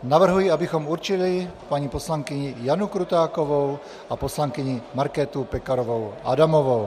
Navrhuji, abychom určili paní poslankyni Janu Krutákovou a poslankyni Markétu Pekarovou Adamovou.